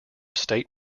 state